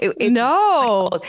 No